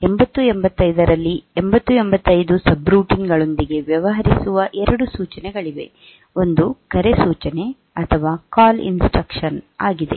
8085 ರಲ್ಲಿ 8085 ಸಬ್ರೂಟೀನ್ ಗಳೊಂದಿಗೆ ವ್ಯವಹರಿಸುವ 2 ಸೂಚನೆಗಳಿವೆ ಒಂದು ಕರೆ ಸೂಚನೆ ಅಥವಾ ಕಾಲ್ ಇನ್ಸ್ಟ್ರಕ್ಷನ್ ಆಗಿದೆ